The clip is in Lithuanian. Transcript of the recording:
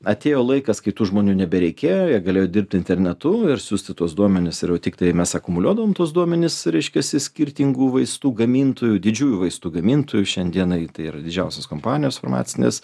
atėjo laikas kai tų žmonių nebereikėjo jie galėjo dirbti internetu ir siųsti tuos duomenis ir tiktai mes akumuliuodavom tuos duomenis reiškiasi skirtingų vaistų gamintojų didžiųjų vaistų gamintojų šiandienai tai yra didžiosios kompanijos farmacinės